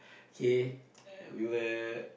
okay we were